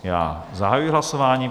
Já zahajuji hlasování.